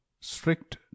Strict